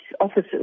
officers